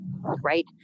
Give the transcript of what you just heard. right